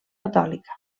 catòlica